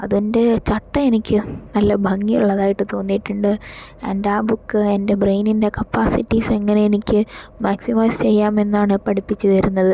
അതിൻ്റെ ചട്ട എനിക്ക് നല്ല ഭംഗി ഉള്ളതായിട്ട് തോന്നിയിട്ടുണ്ട് എൻ്റെ ആ ബുക്ക് എൻ്റെ ബ്രെയിനിൻ്റെ ഒക്കെ കപ്പാസിറ്റിസ് എങ്ങനെ എനിക്ക് മാക്സിമം ചെയ്യാമെന്നാണ് പഠിപ്പിച്ചു തരുന്നത്